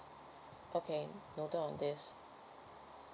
okay noted on this